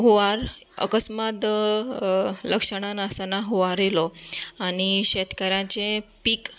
हुवांर अकस्मात लक्षणां नासतना हुवांर येयलो आनी शेतकाऱ्यांचे पीक